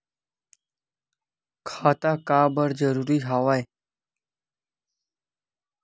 खाता का बर जरूरी हवे?